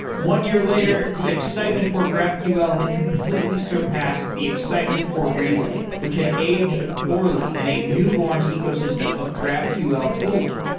one year later, the excitement for graphql had completely surpassed the excitement for relay, which had aged poorly in a newborn ecosystem of graphql tooling.